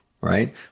right